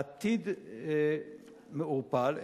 העתיד מעורפל.